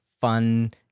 Fun